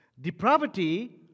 Depravity